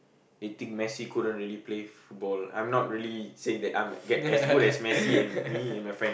they think Messi couldn't really play football I'm not really saying that I'm g~ as good as Messi and me and my friend